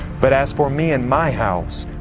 but as for me and my house,